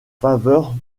faveur